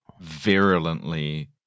virulently